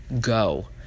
go